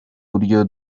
buryo